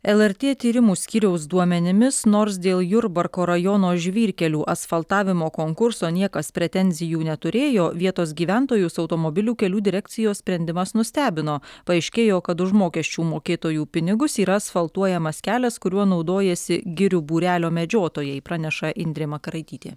lrt tyrimų skyriaus duomenimis nors dėl jurbarko rajono žvyrkelių asfaltavimo konkurso niekas pretenzijų neturėjo vietos gyventojus automobilių kelių direkcijos sprendimas nustebino paaiškėjo kad už mokesčių mokėtojų pinigus yra asfaltuojamas kelias kuriuo naudojasi girių būrelio medžiotojai praneša indrė makaraitytė